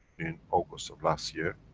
in august of last year.